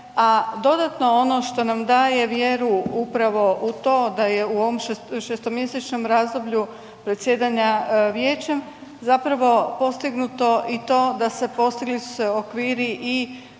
dodatno ono što nam daje vjeru upravo u to da je u ovom šestomjesečnom razdoblju predsjedanja Vijećem postignuto i to da su se postigli okviri i